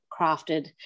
crafted